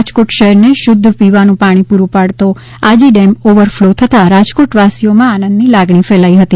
રાજકોટ શહેરને શુધ્ધ પીવાનુ પાણી પુરૂ પાડતો આજી ડેમ ઓવરફલો થતાં રાજકોટવાસીઓમાં આનંદની લાગણી ફેલાઇ હતી